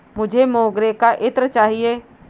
मुझे मोगरे का इत्र चाहिए